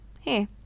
hey